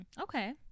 okay